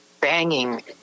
banging